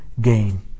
gain